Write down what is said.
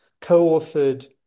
co-authored